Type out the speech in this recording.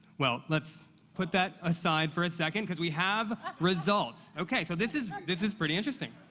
well, let's put that aside for a second cause we have results. okay, so this is this is pretty interesting.